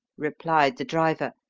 replied the driver,